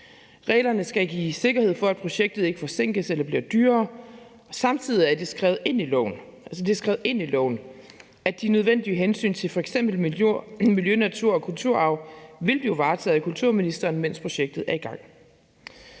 Reglerne skal give sikkerhed for, at projektet ikke forsinkes eller bliver dyrere, og samtidig er det skrevet ind i loven – altså, det er skrevet ind i loven – at de nødvendige hensyn til f.eks. miljø, natur og kulturarv vil blive varetaget af kulturministeren, mens projektet er i gang.